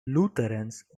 lutherans